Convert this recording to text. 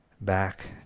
back